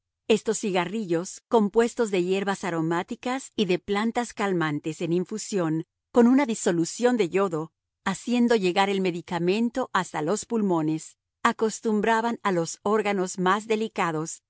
estos cigarrillos compuestos de hierbas aromáticas y de plantas calmantes en infusión con una disolución de yodo haciendo llegar el medicamento hasta los pulmones acostumbraban a los órganos más delicados a